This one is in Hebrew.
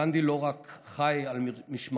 גנדי לא רק חי על משמרתו,